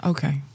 Okay